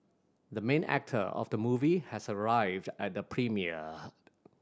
the main actor of the movie has arrived at the premiere